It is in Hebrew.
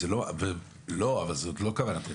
זאת לא כוונתנו.